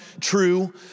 true